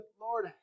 Lord